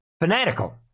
fanatical